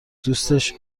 دوستش